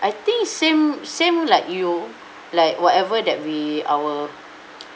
I think same same like you like whatever that we our